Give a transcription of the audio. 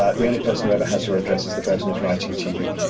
ah the only person who ever has your address is the person who's writing to you.